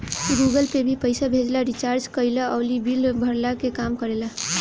Google Pay भी पईसा भेजला, रिचार्ज कईला अउरी बिल भरला के काम करेला